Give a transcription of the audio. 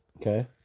Okay